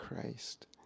Christ